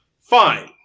Fine